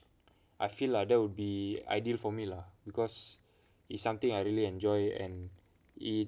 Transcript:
I feel lah that would be ideal for me lah because it's something I really enjoy and it